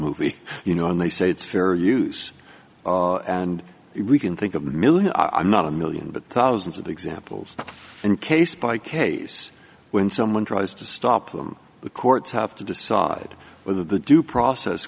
movie you know and they say it's fair use and we can think of one million i'm not a one million but thousands of examples and case by case when someone tries to stop them the courts have to decide whether the due process